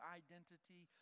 identity